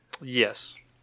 Yes